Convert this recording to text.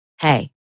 hey